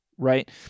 Right